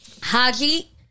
Haji